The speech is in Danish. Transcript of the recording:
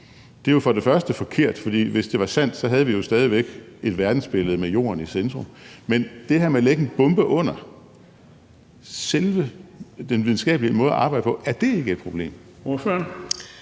det er magt. Det er jo forkert, for hvis det var sandt, havde vi jo stadig væk et verdensbillede med jorden i centrum, men det her med at lægge en bombe under selve den videnskabelige måde at arbejde på, er det ikke et problem?